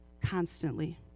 constantly